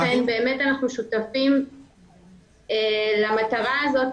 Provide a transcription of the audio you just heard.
לכן אנחנו באמת שותפים למטרה הזאת,